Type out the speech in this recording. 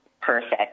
Perfect